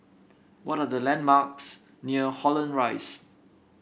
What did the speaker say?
what are the landmarks near Holland Rise